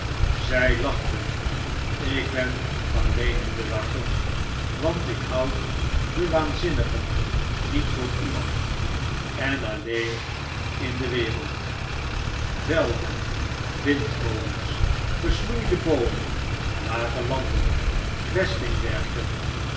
zg lachten ik ben alleen in den waggon want ik houd den waanzinnigen niet voor iemand en alleen in de wereld velden windmolens gesnoeide boomen lage landen